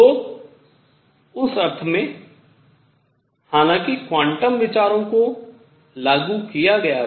तो उस अर्थ में हालांकि क्वांटम विचारों को लागू किया गया था